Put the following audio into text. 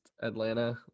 Atlanta